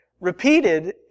repeated